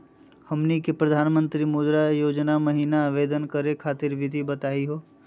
हमनी के प्रधानमंत्री मुद्रा योजना महिना आवेदन करे खातीर विधि बताही हो?